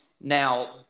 Now